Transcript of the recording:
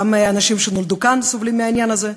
גם אנשים שנולדו כאן סובלים מהעניין הזה,